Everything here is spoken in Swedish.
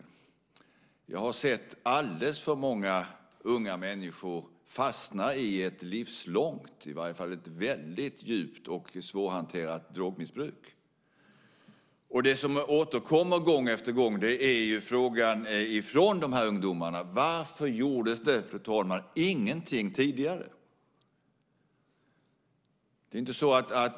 Jag har sett alldeles för många unga människor fastna i ett livslångt eller i varje fall ett väldigt djupt och svårhanterat drogmissbruk. Det som återkommer gång efter gång är frågan från de här ungdomarna, fru talman: Varför gjordes det ingenting tidigare?